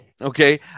Okay